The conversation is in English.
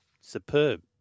superb